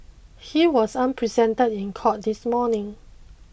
he was unrepresented in court this morning